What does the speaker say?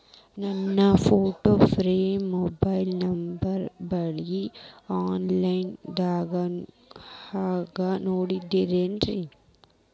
ನನ್ನ postpaid mobile number bill, online ದಾಗ ಹ್ಯಾಂಗ್ ನೋಡೋದ್ರಿ?